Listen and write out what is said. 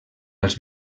als